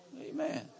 Amen